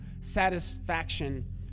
satisfaction